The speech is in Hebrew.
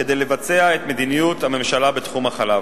כדי לבצע את מדיניות הממשלה בתחום החלב.